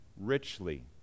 richly